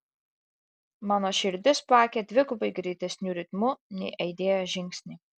mano širdis plakė dvigubai greitesniu ritmu nei aidėjo žingsniai